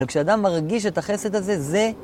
וכשאדם מרגיש את החסד הזה, זה...